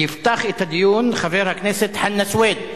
יפתח את הדיון חבר הכנסת חנא סוייד,